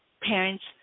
parents